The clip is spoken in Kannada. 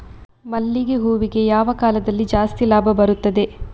ಮಲ್ಲಿಗೆ ಹೂವಿಗೆ ಯಾವ ಕಾಲದಲ್ಲಿ ಜಾಸ್ತಿ ಲಾಭ ಬರುತ್ತದೆ?